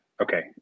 okay